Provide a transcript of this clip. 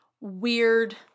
weird